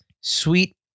sweet